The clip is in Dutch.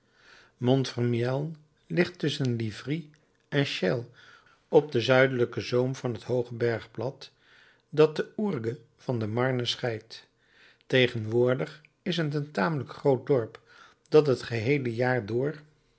montfermeil ligt tusschen livry en chelles op den zuidelijken zoom van het hooge bergplat dat de ourque van de marne scheidt tegenwoordig is het een tamelijk groot dorp dat het geheele jaar door